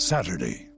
Saturday